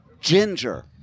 Ginger